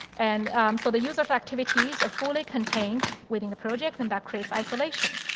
and so the user's activities are fully contained within the project and that creates isolation.